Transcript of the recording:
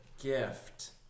gift